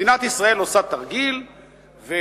מדינת ישראל עושה תרגיל ומתפעלת,